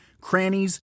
crannies